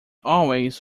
always